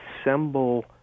assemble